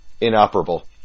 Inoperable